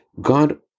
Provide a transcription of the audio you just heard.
God